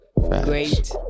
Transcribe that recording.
Great